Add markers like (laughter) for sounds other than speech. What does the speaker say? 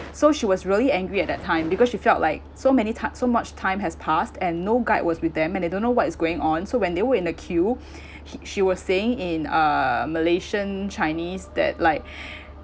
so she was really angry at that time because she felt like so many time so much time has passed and no guide was with them and they don't know what is going on so when they were in the queue (breath) he she was saying in uh malaysian chinese that like (breath)